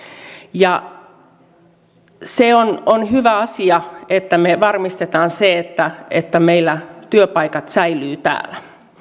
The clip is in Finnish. se on on hyvä asia että me varmistamme sen että meillä työpaikat säilyvät täällä